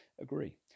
Agree